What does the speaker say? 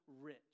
rich